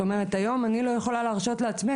היום אני כבר לא יכולה להרשות את זה לעצמי,